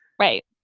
right